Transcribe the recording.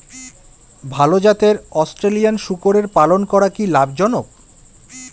ভাল জাতের অস্ট্রেলিয়ান শূকরের পালন করা কী লাভ জনক?